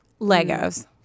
Legos